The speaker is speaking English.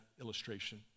illustration